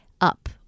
up